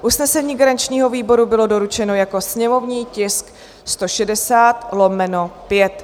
Usnesení garančního výboru bylo doručeno jako sněmovní tisk 160/5.